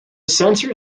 sensor